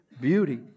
beauty